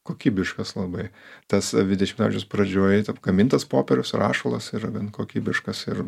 kokybiškas labai tas dvidešimto amžiaus pradžioj gamintas popierius rašalas yra gan kokybiškas ir